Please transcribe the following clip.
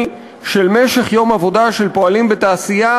של משך יום עבודה של פועלים בתעשייה,